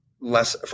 less